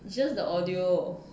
just the audio